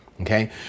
Okay